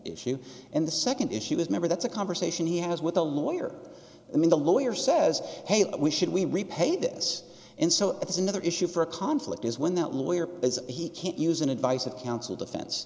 issue and the second issue was never that's a conversation he has with the lawyer i mean the lawyer says hey we should we repay this and so that's another issue for a conflict is when that lawyer is he can't use an advice of counsel defense